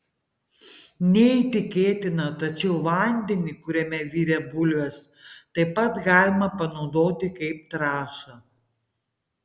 neįtikėtina tačiau vandenį kuriame virė bulvės taip pat galima panaudoti kaip trąšą